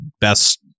best